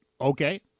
Okay